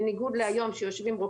בניגוד למה שקורה היום כאשר יושבים